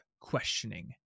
questioning